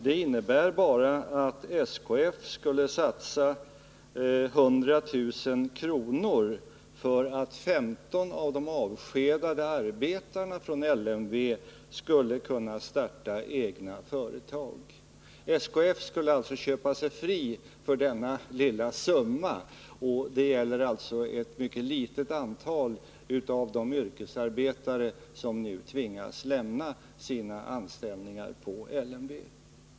Det innebär bara att SKF skulle satsa 100 000 kr. för att 15 av de avskedade arbetarna från LMV skulle kunna starta egna företag. SKF skulle alltså köpa sig fri för denna lilla summa, och det gäller bara ett mycket litet antal av de yrkesarbetare som nu tvingas lämna sina anställningar på LMV.